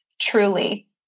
truly